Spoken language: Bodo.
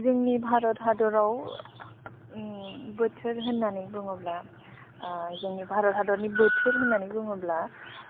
जोंनि भारत हादराव बोथोर होननानै बुङोब्ला जोंनि भारत हादरनि बोथोर होननानै बुङोब्ला